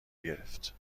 گرفت